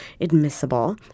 admissible